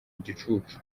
igicucu